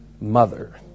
mother